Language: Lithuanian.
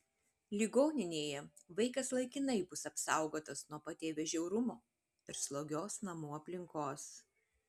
ligoninėje vaikas laikinai bus apsaugotas nuo patėvio žiaurumo ir slogios namų aplinkos